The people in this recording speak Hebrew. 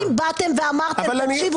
האם באתם ואמרתם --- אני עונה לך,